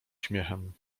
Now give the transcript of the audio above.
śmiechem